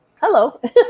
Hello